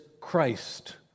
Christ